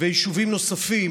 ויישובים נוספים.